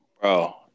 Bro